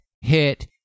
hit